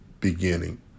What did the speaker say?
beginning